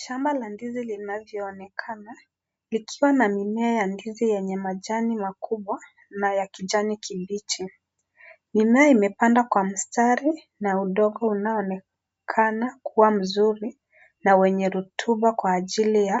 Shamba la ndizi linavyo onekana ikiwa na mimea ya ndizi yenye majani makubwa na ya kijani kibichi. Mimea imepandwa kwa mistari na udongo unao onekana kuwa mzuri na wenye rutuba kwa ajili ya